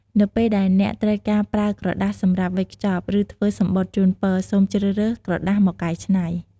នៅពេលដែលអ្នកត្រូវការប្រើក្រដាសសម្រាប់វេចខ្ចប់ ឬធ្វើំសំបុត្រជូនពរ សូមជ្រើសរើស ក្រដាសមកកែច្នៃ ។